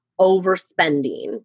overspending